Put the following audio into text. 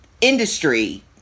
industry